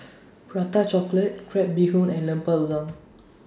Prata Chocolate Crab Bee Hoon and Lemper Udang